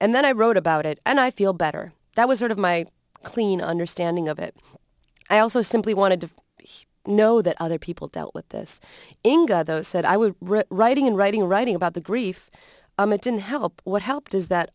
and then i wrote about it and i feel better that was sort of my clean understanding of it i also simply wanted to know that other people dealt with this into those said i would read writing and writing writing about the grief it didn't help what helped is that